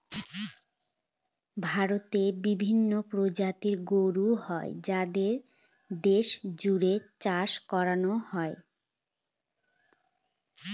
ভারতে বিভিন্ন প্রজাতির গরু হয় যাদের দেশ জুড়ে চাষ করানো হয়